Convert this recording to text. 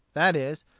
that is,